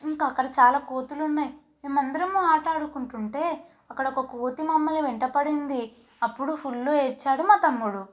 ఇంకా అక్కడ చాలా కోతులు ఉన్నాయి మేము అందరమూ ఆటలు ఆడుకుంటుంటే అక్కడొక కోతి మమ్మల్ని వెంట పడింది అప్పుడు ఫుల్ ఏడ్చాడు మా తమ్ముడు